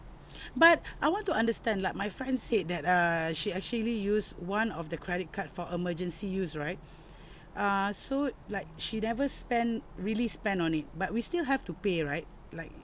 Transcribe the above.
but I want to understand like my friend said that uh she actually used one of the credit card for emergency use right uh so like she never spend really spend on it but we still have to pay right like